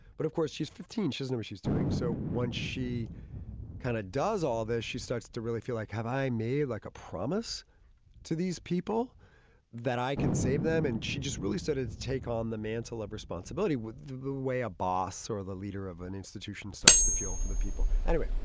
but of course, she's fifteen. she's no, she's doing so once she kind of does all this, she starts to really feel like, have i made like a promise to these? people that i can save them and she just really started to take on the mantle of responsibility with the way a boss or the leader of an institution starts to feel for the people anyway.